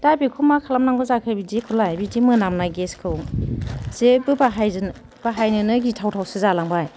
दा बेखौ मा खालामनांगौ जाखो बिदिखौलाय बिदि मोनामनाय गेसखौ जेबो बाहायजेन बाहायनोनो गिथावथावसो जालांबाय